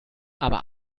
aber